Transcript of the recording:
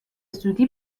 زودی